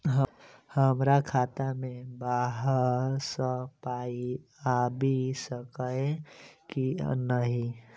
हमरा खाता मे बाहर सऽ पाई आबि सकइय की नहि?